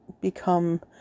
become